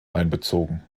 einbezogen